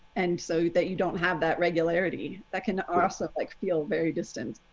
and so that you don't have that regularity that can also like feel very distant,